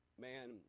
man